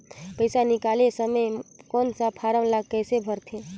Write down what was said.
पइसा निकाले समय कौन सा फारम ला कइसे भरते?